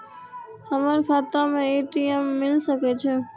हमर खाता में ए.टी.एम मिल सके छै?